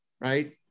right